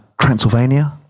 Transylvania